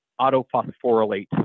autophosphorylate